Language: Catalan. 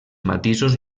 matisos